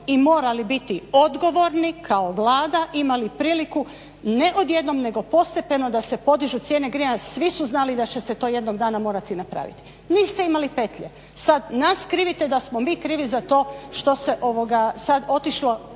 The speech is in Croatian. i morali biti odgovorni kao Vlada imali priliku ne odjednom nego postepeno da se podižu cijene grijanja svi su znali da će se to jednog dana morati napraviti. Niste imali petlje. Sad nas krivite da smo mi krivi za to što se sad otišlo